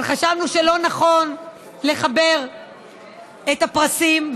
אבל חשבנו שלא יהיה נכון לחבר את הפרסים,